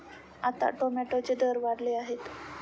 आता टोमॅटोचे दर वाढले आहेत